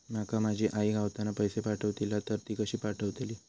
माका माझी आई गावातना पैसे पाठवतीला तर ती कशी पाठवतली?